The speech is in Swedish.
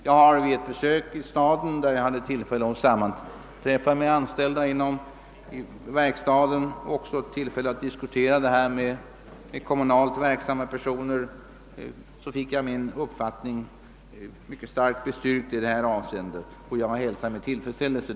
Jag har vid ett besök i staden, varvid jag hade tillfälle att sammanträffa med anställda inom verkstaden och också att diskutera saken med kommunalt verksamma personer, fått min uppfattning i detta avseende mycket starkt förstärkt.